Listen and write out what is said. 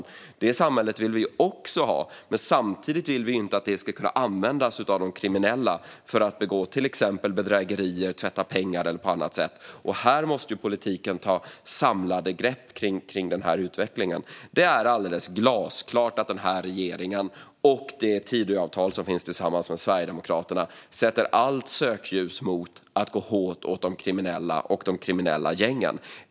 Vi vill ha ett samhälle där sådant är enkelt, men samtidigt vill vi inte att det ska kunna utnyttjas av kriminella för att begå till exempel bedrägerier, tvätta pengar eller något annat. Politiken måste ta ett samlat grepp kring utvecklingen. Det är alldeles glasklart att regeringen, tillsammans med Tidöavtalet som ingåtts med Sverigedemokraterna, sätter allt sökljus på att gå hårt åt de kriminella och de kriminella gängen.